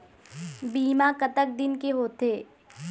बीमा कतक दिन के होते?